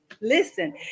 listen